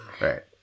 right